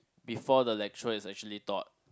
before the lecture is actually taught